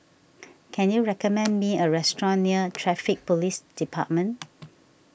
can you recommend me a restaurant near Traffic Police Department